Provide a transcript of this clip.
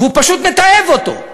והוא פשוט מתעב אותו.